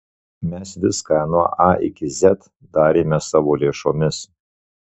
mes viską nuo a iki z darėme savo lėšomis